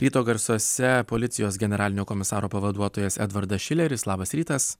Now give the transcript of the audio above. ryto garsuose policijos generalinio komisaro pavaduotojas edvardas šileris labas rytas